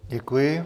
Děkuji.